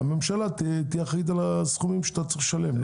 הממשלה תהיה אחראית על הסכומים שאתה צריך לשלם,